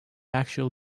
actual